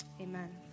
Amen